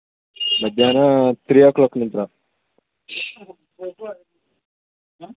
ಮಧ್ಯಾಹ್ನ three o'clock ನಂತರ